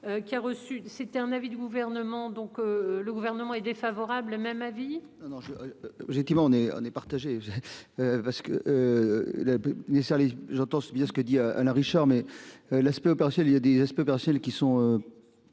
qui a reçu, c'était un avis du gouvernement, donc le gouvernement est défavorable. Même avis. Non non je j'ai dit on est on est partagé. Parce que. Les salles, j'entends bien ce que dit à Alain Richard. Mais l'aspect opérationnel il y a des aspects personnels qui sont.